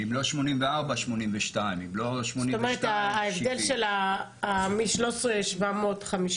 אם לא 84% אז 82%. אם לא 82% אז 70%. זאת אומרת ההבדל מ-13,750 ל-14,100,